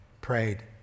prayed